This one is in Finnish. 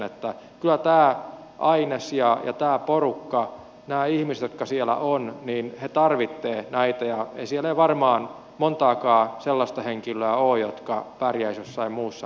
kyllä tämä aines ja tämä porukka nämä ihmiset jotka siellä ovat tarvitsevat näitä ja siellä ei varmaan montaakaan sellaista henkilöä ole jotka pärjäisivät jossain muussa toiminnassa